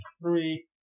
three